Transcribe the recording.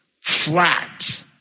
flat